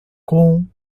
com